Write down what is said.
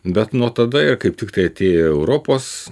bet nuo tada ir kaip tiktai atėjo europos